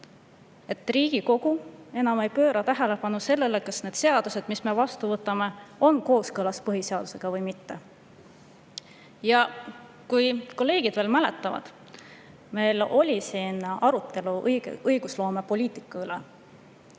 et Riigikogu enam ei pööra tähelepanu sellele, kas seadused, mis me vastu võtame, on kooskõlas põhiseadusega või mitte. Kolleegid kindlasti mäletavad, et meil oli siin arutelu õigusloomepoliitika üle.